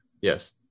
Yes